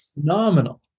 Phenomenal